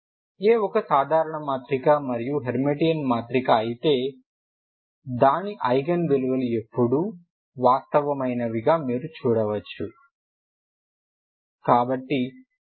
A ఒక సాధారణ మాత్రిక మరియు హెర్మిటియన్ మాత్రిక అయితే దాని ఐగెన్ విలువలు ఎల్లప్పుడూ వాస్తవమైనవిగా మీరు చూపవచ్చు